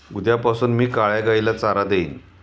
उद्यापासून मी काळ्या गाईला चारा देईन